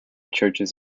churches